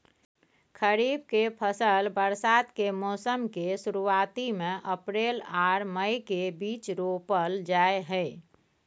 खरीफ के फसल बरसात के मौसम के शुरुआती में अप्रैल आर मई के बीच रोपल जाय हय